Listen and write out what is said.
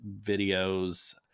videos